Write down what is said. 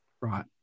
Right